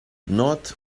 not